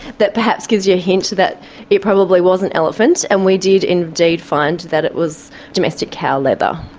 that perhaps gives you a hint that it probably wasn't elephant. and we did indeed find that it was domestic cow leather.